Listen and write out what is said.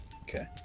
Okay